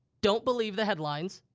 don't believe the headlines.